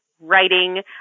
writing